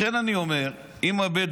לכן אני אומר, אם הבדואים